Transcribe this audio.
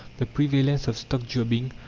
the prevalence of stock-jobbing,